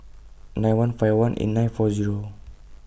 nine one five one eight nine four Zero